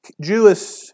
Jewish